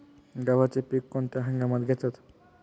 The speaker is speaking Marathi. गव्हाचे पीक कोणत्या हंगामात घेतात?